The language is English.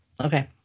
Okay